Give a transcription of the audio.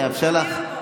אני אאפשר לך.